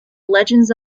legends